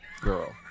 girl